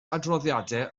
adroddiadau